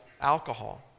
alcohol